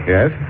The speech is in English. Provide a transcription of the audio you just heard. Yes